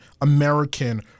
American